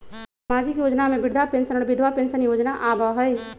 सामाजिक योजना में वृद्धा पेंसन और विधवा पेंसन योजना आबह ई?